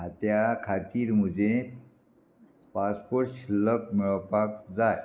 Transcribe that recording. खात्या खातीर म्हजें पासपोर्ट शिल्लक मेळोवपाक जाय